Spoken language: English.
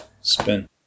spin